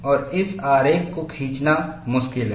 और इस आरेख को खींचना मुश्किल है